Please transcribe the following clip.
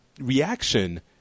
reaction